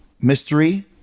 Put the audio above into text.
Mystery